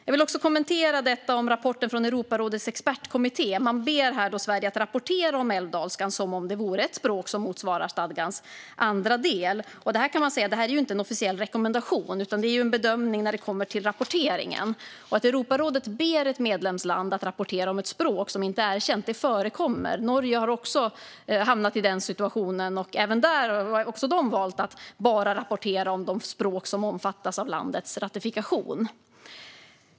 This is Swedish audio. Jag vill också kommentera rapporten från Europarådets expertkommitté. Man ber Sverige att rapportera om älvdalskan som om det vore ett språk som motsvarar stadgans andra del. Detta är inte en officiell rekommendation, utan det är en bedömning när det kommer till rapporteringen. Att Europarådet ber ett medlemsland att rapportera om ett språk som inte är erkänt förekommer. Norge har också hamnat i denna situation. Men också Norge har valt att bara rapportera om de språk som omfattas av landets ratifikation.